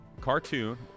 cartoon